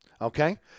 okay